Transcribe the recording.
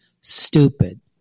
stupid